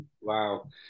Wow